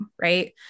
right